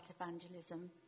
evangelism